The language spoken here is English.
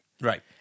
Right